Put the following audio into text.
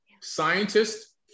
scientists